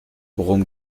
worum